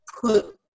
put